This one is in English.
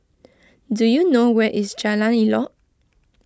do you know where is Jalan Elok